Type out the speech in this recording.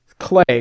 clay